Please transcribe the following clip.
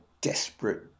desperate